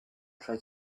try